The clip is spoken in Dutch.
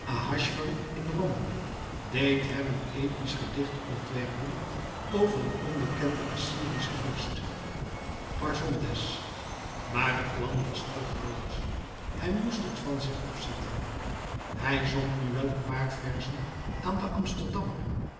in rom deed hem een episch gedicht ontwerpen over een onbekenden assyrischen vorst parsondes maar het plan was te grootsch hij moest het van zich afzetten hij zond nu wel een paar verzen aan den amsterdammer